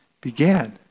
began